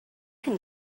can